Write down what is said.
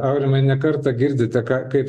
aurimai ne kartą girdite ką kaip